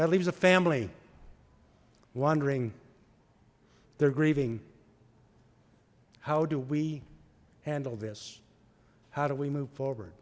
that leaves a family wondering they're grieving how do we handle this how do we move forward